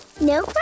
No